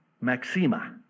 Maxima